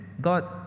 God